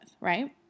right